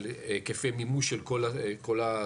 על היקפי מימוש של כל התוכניות,